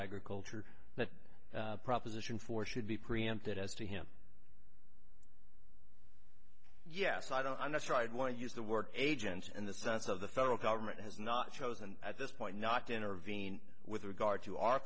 agriculture that proposition for should be preempted as to him yes i don't i'm not sure i'd want to use the word agents in the sense of the federal government has not chosen at this point not to intervene with regard to our